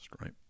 right